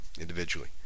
individually